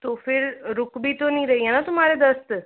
तो फिर रुक भी तो नहीं रही है न तुम्हारे दस्त